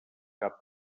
cap